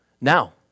Now